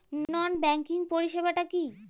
নন banking পরিষেবা টা কি?